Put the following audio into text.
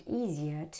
easier